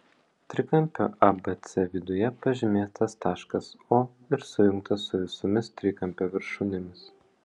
trikampio abc viduje pažymėtas taškas o ir sujungtas su visomis trikampio viršūnėmis